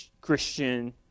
Christian